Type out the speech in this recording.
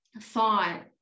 thought